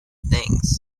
things